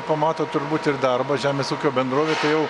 pamato turbūt ir darbą žemės ūkio bendrovė tai jau